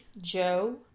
joe